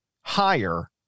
higher